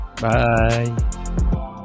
Bye